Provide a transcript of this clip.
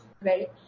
right